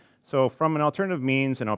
so from an alternative means, and,